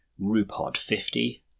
RUPOD50